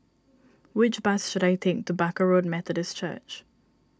which bus should I take to Barker Road Methodist Church